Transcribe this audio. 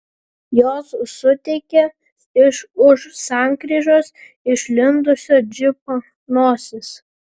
jos suteikė iš už sankryžos išlindusio džipo nosis